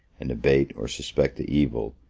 and abate or suspect the evil,